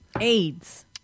AIDS